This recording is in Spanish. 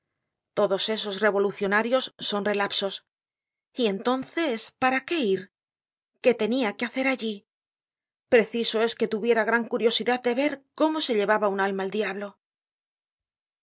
todos esos revolucionarios son relapsos y entonces para qué ir qué tenia que hacer allí preciso es que tuviera gran curiosidad de ver cómo se llevaba un alma el diablo